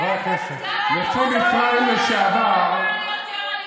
לאן הידרדרת?